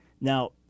Now